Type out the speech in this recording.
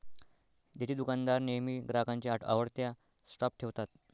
देतेदुकानदार नेहमी ग्राहकांच्या आवडत्या स्टॉप ठेवतात